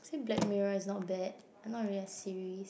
black mirror is not bad not really a series